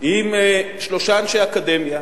עם שלושה אנשי אקדמיה,